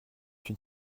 une